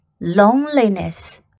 Loneliness